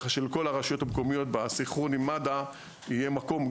ככה שלכל הרשויות המקומיות בסנכרון עם מד"א יהיה מקום,